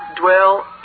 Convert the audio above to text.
dwell